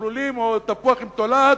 שבלולים או תפוח עם תולעת,